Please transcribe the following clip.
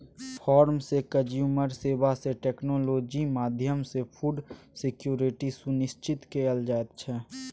farm सँ consumer सेबा मे टेक्नोलॉजी माध्यमसँ फुड सिक्योरिटी सुनिश्चित कएल जाइत छै